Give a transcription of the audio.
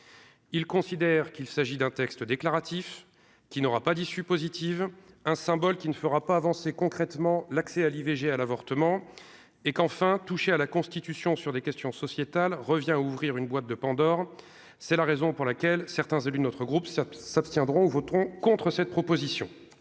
Il considère qu'il s'agit d'un texte déclaratif qui n'aura pas d'issue positive un symbole qui ne fera pas avancer concrètement l'accès à l'IVG à l'avortement et quand enfin toucher à la constitution sur des questions sociétales revient à ouvrir une boîte de Pandore, c'est la raison pour laquelle certains élus de notre groupe, ça s'abstiendront ou voteront contre cette proposition.